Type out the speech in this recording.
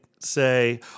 say